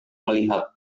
melihat